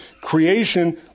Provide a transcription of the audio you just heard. Creation